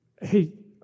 hey